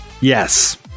yes